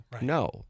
No